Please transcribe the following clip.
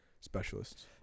specialists